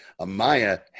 Amaya